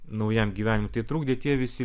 naujam gyvenimui trukdė tie visi